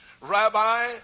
Rabbi